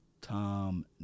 Tom